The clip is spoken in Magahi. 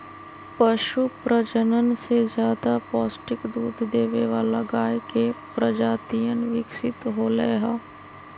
पशु प्रजनन से ज्यादा पौष्टिक दूध देवे वाला गाय के प्रजातियन विकसित होलय है